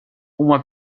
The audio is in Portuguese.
uma